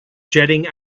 jetting